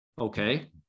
Okay